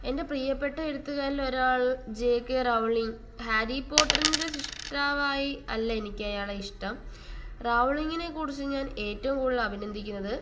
എൻ്റെ പ്രിയപ്പെട്ട എഴുത്തുകാരിൽ ഒരാൾ ജെ കെ റൗളിങ്ങ് ഹാരി പോട്ടറിൻ്റെ സൃഷ്ടാവായി അല്ല എനിക്ക് അയാളെ ഇഷ്ടം റൗളിങ്ങിനെക്കുറിച്ച് ഞാൻ ഏറ്റവും കൂടുതൽ അഭിനന്ദിക്കുന്നത്